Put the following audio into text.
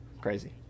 Crazy